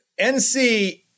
NC